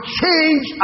change